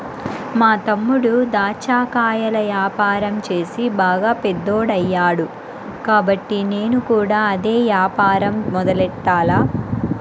మా తమ్ముడు దాచ్చా కాయల యాపారం చేసి బాగా పెద్దోడయ్యాడు కాబట్టి నేను కూడా అదే యాపారం మొదలెట్టాల